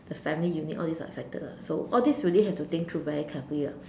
the family unit all this are affected [what] so all this really have to think to very carefully ah